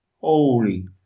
Holy